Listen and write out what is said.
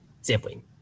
sampling